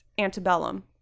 antebellum